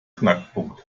knackpunkt